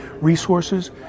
resources